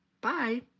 Bye